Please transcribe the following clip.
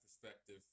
perspective